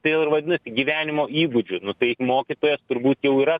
tai jau ir vadinasi gyvenimo įgūdžių nu tai mokytojas turbūt jau yra